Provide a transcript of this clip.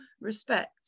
respect